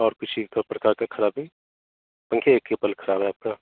और किसी का प्रकार का खराबी पंखे एक ही केवल खराब है आपका